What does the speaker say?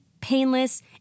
painless